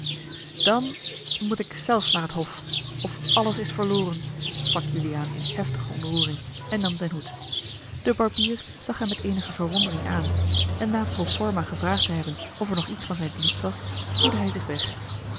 dan moet ik zelf naar t hof of alles is verloren sprak juliaan in heftige ontroering en nam zijn hoed de barbier zag hem met eenige verwondering aan en na pro forma gevraagd te hebben of er nog iets van zijn dienst was spoedde hij zich weg